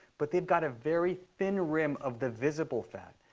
but they've got a very thin rim of the visible fat.